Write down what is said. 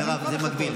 זה מקביל,